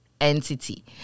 entity